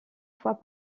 fois